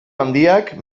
handiak